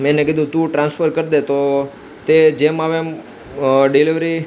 એણે કીધું તું ટ્રાન્સફર કરી દે તો તે જેમ આવે એમ ડિલવરી